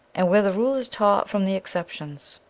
and where the rule is taught from the exceptions.